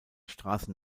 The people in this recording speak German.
straße